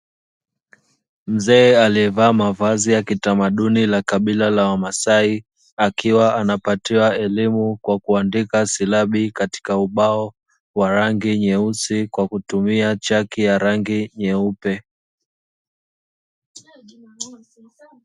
Mzee aliyevaa mavazi ya kiutamaduni wa kabila la wamasai akiwa anapatiwa elimu kwa kuandika silabi katika ubao wa rangi nyeusi kwa kutumia chaki ya rangi nyeupe.